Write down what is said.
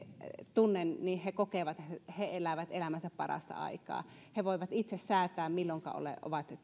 tunnen kokevat että he elävät elämänsä parasta aikaa he voivat itse säätää milloinka ovat